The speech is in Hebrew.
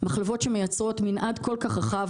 מחלבות שמייצרות מנעד כל כך רחב,